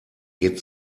geht